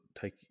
take